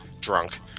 drunk